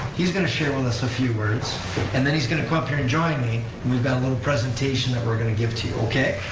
he's going to share with us a few words and then he's going to come up here and join me and we've got a little presentation that we're we're going to give to you, okay?